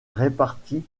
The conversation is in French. répartis